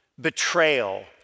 Betrayal